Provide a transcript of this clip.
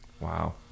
Wow